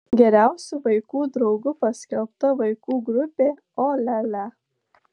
geriausiu vaikų draugu paskelbta vaikų grupė o lia lia